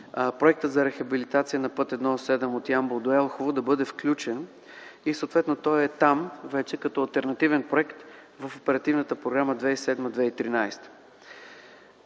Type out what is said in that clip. проектът за рехабилитация на път І-7 от Ямбол до Елхово да бъде сключен, и той съответно е там вече като алтернативен проект в Оперативната програма 2007–2013